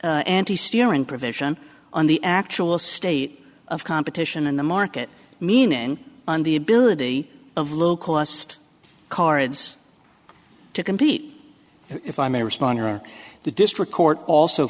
s anti steering provision on the actual state of competition in the market meaning on the ability of low cost cards to compete if i may respond or the district court also